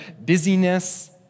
busyness